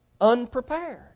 unprepared